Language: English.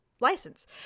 license